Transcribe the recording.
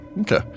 Okay